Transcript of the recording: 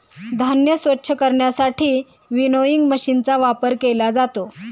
धान्य स्वच्छ करण्यासाठी विनोइंग मशीनचा वापर केला जातो